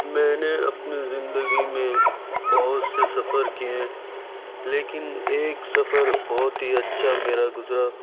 میں نے اپنی زِندگی میں بہت سے سفر کیے لیکن ایک سفر بہت ہی اچّھا میرا گزرا